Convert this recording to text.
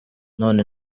none